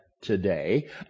today